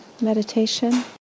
meditation